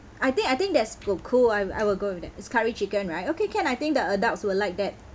I think I think that's co~ cool I I will go with that it's curry chicken right okay can I think the adults will like that